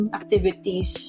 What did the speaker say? activities